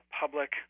public